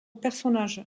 personnage